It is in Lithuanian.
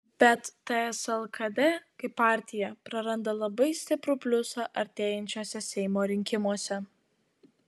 bet ts lkd kaip partija praranda labai stiprų pliusą artėjančiuose seimo rinkimuose